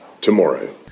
tomorrow